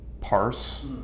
parse